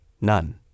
None